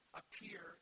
appear